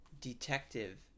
detective